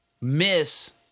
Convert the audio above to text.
miss